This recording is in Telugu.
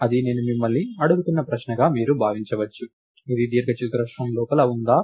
ఇది నేను మిమ్మల్ని అడుగుతున్న ప్రశ్నగా మీరు భావించవచ్చు ఇది దీర్ఘచతురస్రం లోపల ఉందా